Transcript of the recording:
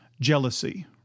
jealousy